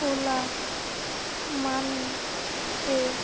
OLA money ত